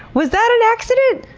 was that an accident?